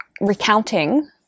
recounting